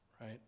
right